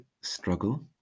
struggle